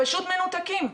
פשוט מנותקים.